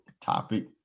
topic